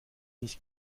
nicht